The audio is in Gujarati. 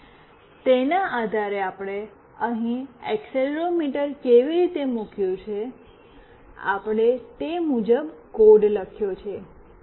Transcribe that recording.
અને તેના આધારે આપણે અહીં એક્સેલેરોમીટર કેવી રીતે મુક્યું છે આપણે તે મુજબ કોડ લખ્યો છે